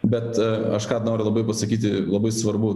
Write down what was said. bet aš ką noriu labai pasakyti labai svarbu